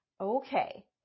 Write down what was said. okay